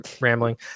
rambling